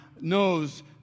knows